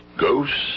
Ghosts